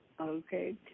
Okay